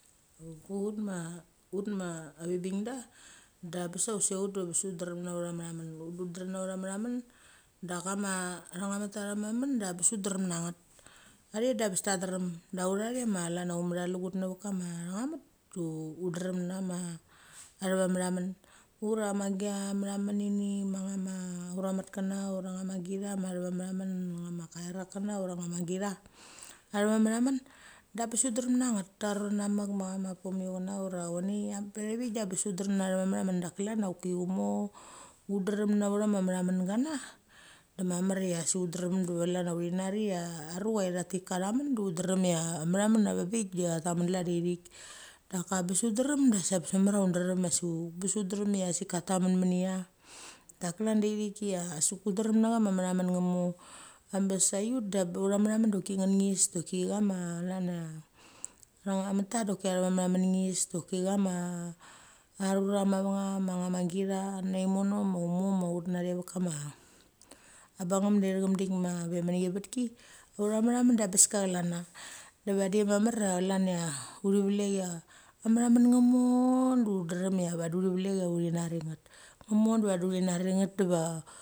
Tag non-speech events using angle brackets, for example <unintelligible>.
<unintelligible> ut ma avibingda, da bes a usek ut de bes drem nacautha mathamun. Ut du drem nacua autha mechamen, daka ma thangnechameta thava mechamen da abes ut drem nget. Athie de bes ta drem de ut athe ma chlam umecha lugut necha ve kama tha ngn echa met, du ut drem nama athavemechamen ura ma gicha mecha men ini ma chama ura metkena ura cha ma gi cha ma tha va mechamen a chama kirakena ura chama gicha athava mechamen da bes ut drem na nget. A rurcha na the namek ma enama pomio chena ura choia <unintelligible> pache vik da bes ut drem navtheva mechamen duk klan choki ut mo ut dream na authamechamen gana, de mamer cha sik utdrem de chlan cha uthi nari cha a rucha ithak tik kachamen du utdrem cha a mechamen a vangbik da tha ta men klan de thik. Daka abes utdrem da sik a bes mamar utdrem <unintelligible> bes ut drem a sik kata menmunia. Duk klan da ithik cha sik ut drem na cha ma mechamen ngmo abes. I ut de autha mechamen doki nget nges doki chama chlana, thango meta doki atha va mechamen nges doki chama arurcha ma vengem ma cha ma git cha nemo ma utmo ma ut natne ve kama, a bangnem da i them dik ma ngve mini ivet ki, autha mecha mechamen de bes a chlana. De vadi mamar a chlan cha uthi velek cha a mechamen ngna mor du drem cha vadi uthi velek cha uthi nari nget. Nganmo de vadi uthi nari nget diva.